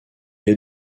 est